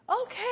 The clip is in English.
okay